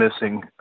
missing